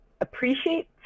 appreciate